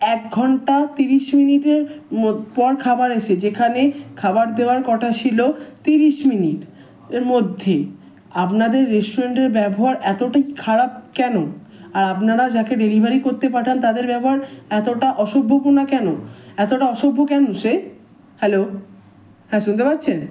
এক ঘন্টা তিরিশ মিনিটের মোদ পর খাবার আসে যেখানে খাবার দেওয়ার কথা ছিলো তিরিশ মিনিট এর মধ্যে আপনাদের রেস্টুরেন্টের ব্যবহার এতটা খারাপ কেন আর আপনারা যাকে ডেলিভারি করতে পাঠান তাদের ব্যবহার এতটা অসভ্যগুনা কেন এতটা অসভ্য কেন সে হ্যালো হ্যাঁ শুনতে পাচ্ছেন